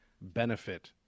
benefit